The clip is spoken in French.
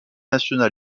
national